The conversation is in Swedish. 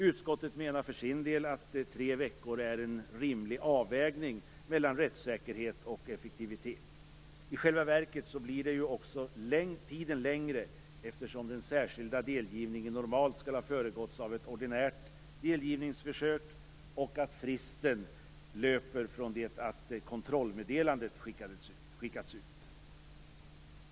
Utskottet menar att tre veckor är en rimlig avvägning mellan rättssäkerhet och effektivitet. I själva verket blir ju också tiden längre, eftersom den särskilda delgivningen normalt skall ha föregåtts av ett ordinärt delgivningsförsök och fristen löper från det att kontrollmeddelandet har skickats ut.